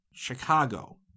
Chicago